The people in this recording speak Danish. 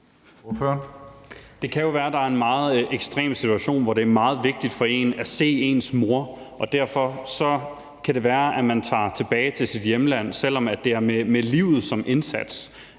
Det kan jo være, at der er en meget ekstrem situation, hvor det er meget vigtigt for en at se sin mor, og derfor kan det være, at man tager tilbage til sit hjemland, selv om det er med livet som indsats.